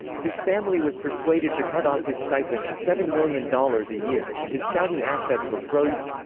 his family was persuaded to cut off his stipend, seven million dollars a year, and his saudi assets were frozen.